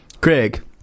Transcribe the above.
Craig